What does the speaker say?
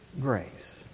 grace